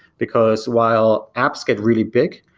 because while apps get really big,